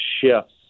shifts